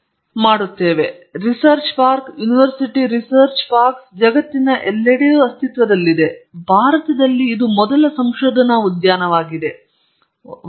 ಮತ್ತು ನಾನು ಅಲ್ಲಿಗೆ ಹೋದನು ಮತ್ತು ಮೊದಲ ಸ್ಪೀಕರ್ ಚೀನಿಯನಾಗಿದ್ದಳು ಈ ಹುಡುಗಿ ಮಹಿಳೆ ಅವಳು ಸಾಕಷ್ಟು ಯುವತಿಯಳು ಚೀನಾವು 100 ಸಂಶೋಧನಾ ಉದ್ಯಾನಗಳನ್ನು ಮಾತ್ರ ಹೊಂದಿದೆ ಪ್ರತಿ ಸಂಶೋಧನಾ ಉದ್ಯಾನಕ್ಕೆ ಕೇವಲ 100 ಎಕರೆ ಮಾತ್ರ ಪ್ರತಿ ಸಂಶೋಧನಾ ಉದ್ಯಾನದಲ್ಲಿ ಕೇವಲ 10000 ಕಂಪನಿಗಳು ಮಾತ್ರ ಮತ್ತು ಸರ್ಕಾರದಿಂದ 1